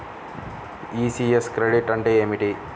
ECS credit అంటే ఏమిటి?